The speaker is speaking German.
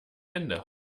ende